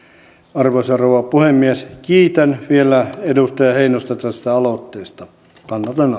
arvoisa rouva puhemies kiitän vielä edustaja heinosta tästä aloitteesta kannatan